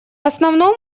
основном